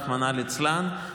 רחמנא ליצלן,